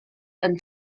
and